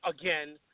again